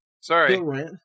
Sorry